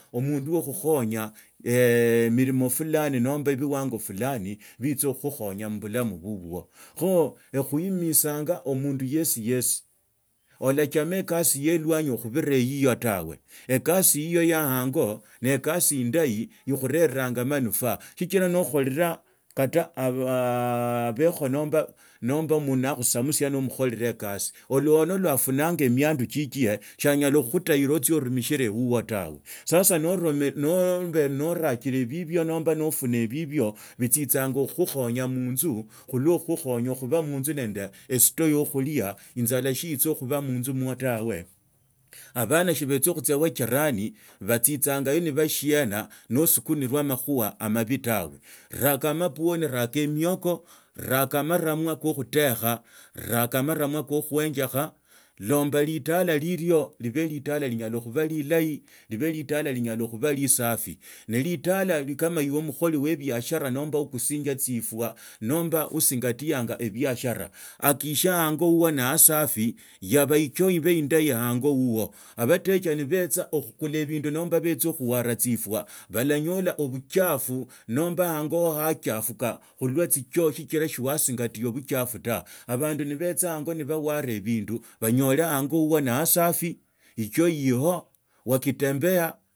Omundu wa khukhonya emilimo fulani nomba ebi wango rulani bitsakhukhukhonya mubulamu bubwa kho ekhusimisanga omundu yesi yesi olachoma ekasi ye lwanyi khubiora yiyo tawe ekasi yiyo ya aango neekasi indahi ekhuteranga manufaa sichira nokharera kata abekho nomba mundu nakhusamusa nomukhureraa ekasi olwona iwa ofunayo miandu chichie shianyala kutsia khukhutaila otsie orumishile wuwo tawe sasanabezi nora hile bibio nomba nofuna bibio bitsitsanga khukhukhonya munzu khulwa khukhukhonya khuba munzu nende esto yokhulia inzala siitsa khuba munzu mwo tawe nbana sibitsakhutsia wa chirani.